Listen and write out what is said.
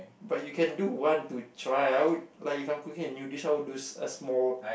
but you can do one to try I would like if I were cooking a new dish I would do sm~ a small